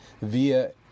via